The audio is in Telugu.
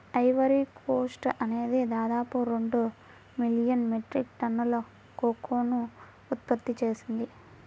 ఐవరీ కోస్ట్ అనేది దాదాపు రెండు మిలియన్ మెట్రిక్ టన్నుల కోకోను ఉత్పత్తి చేసింది